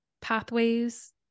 pathways